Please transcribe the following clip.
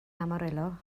amarillo